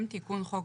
שני חברים